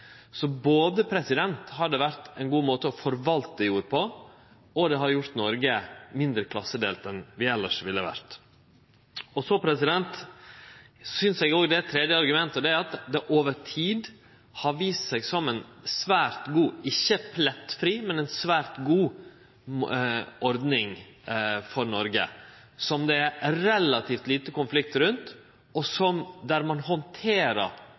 Så til det tredje argumentet, og det er at det over tid har vist seg som ei svært god – ikkje plettfri, men ei svært god – ordning for Noreg, som det er relativt lite konflikt rundt, og der ein handterer